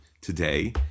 today